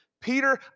Peter